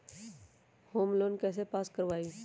Home loan कैसे pass कर बाबई?